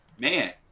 man